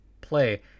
play